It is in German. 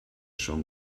schon